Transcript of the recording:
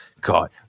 God